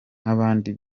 nk’abandi